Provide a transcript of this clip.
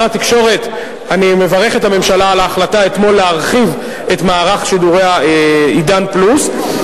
אני מברך את הממשלה על החלטתה אתמול להרחיב את מערך שידורי "עידן +".